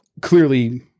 clearly